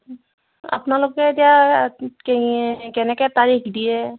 আপোনালোকে এতিয়া কে কেনেকৈ তাৰিখ দিয়ে